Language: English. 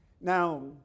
Now